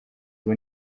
ubu